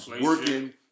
working